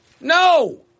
no